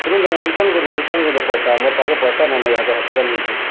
ସୁନୁନ୍ ତ ଆଜ୍ଞା ରିଟର୍ନ୍ କରି ଦଉନ୍ ରିଟର୍ନ୍ କରି ଦଉନ୍ ପଏସା ମୋର୍ ପାଖେ ପଏସା ନାଇନ ଇହାଦେ ହସ୍ପିଟାଲ୍ ଯାଇଚୁ